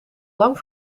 lang